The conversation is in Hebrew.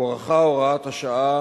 הוארכה הוראת השעה